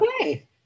okay